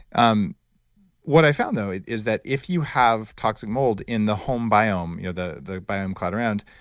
um what i found though is that if you have toxic mold in the home biome, you know the the biome cloud around,